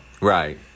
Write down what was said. right